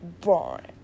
boring